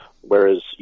whereas